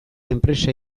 enpresa